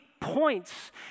points